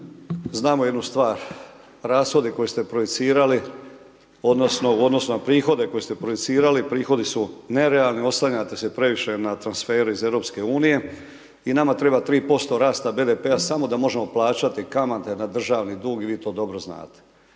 znamo jednu stvar, rashodi koje ste projicirali odnosno u odnosu na prihode koje ste projicirali, prihodi su nerealni, oslanjate se previše na transfere iz EU i nama treba 3% rasta BDP-a samo da možemo plaćati kamate na državni dug i vi to dobro znate.